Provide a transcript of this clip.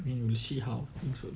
then you will see how things work